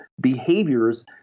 behaviors